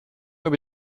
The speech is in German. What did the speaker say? über